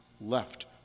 left